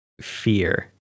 fear